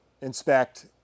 inspect